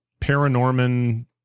Paranorman